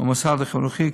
מהמוסד החינוכי.